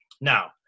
Now